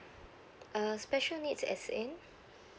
uh special needs as in